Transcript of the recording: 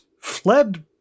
fled